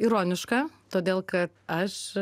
ironiška todėl kad aš